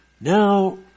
Now